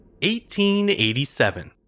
1887